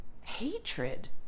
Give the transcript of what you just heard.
hatred